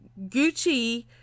Gucci